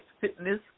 Fitness